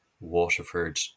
Waterford